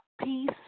peace